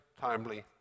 timely